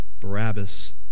Barabbas